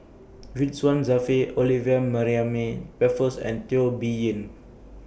Ridzwan Dzafir Olivia Mariamne Raffles and Teo Bee Yen